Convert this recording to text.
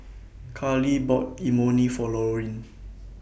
Karley bought Imoni For Lorin